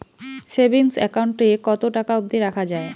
Savings account এ কতো টাকা অব্দি রাখা যায়?